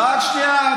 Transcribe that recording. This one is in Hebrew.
רק שנייה.